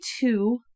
two